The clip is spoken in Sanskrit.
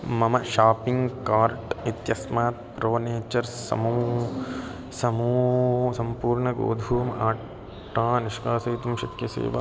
मम शाप्पिङ्ग् कार्ट् इत्यस्मात् प्रो नेचर् समू समू सम्पूर्णगोधूम आट्टा निष्कासयितुं शक्यसे वा